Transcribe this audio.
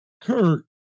Kurt